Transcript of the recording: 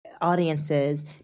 audiences